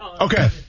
Okay